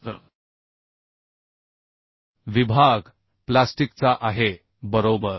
तर विभाग प्लास्टिकचा आहे बरोबर